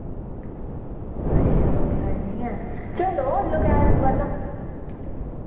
अच्छा रोड़साइड नी ऐ चलो लोकल मतलब